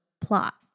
plot